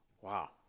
Wow